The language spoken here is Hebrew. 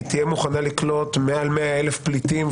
תהיה מוכנה לקלוט מעל 100,000 פליטים,